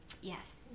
Yes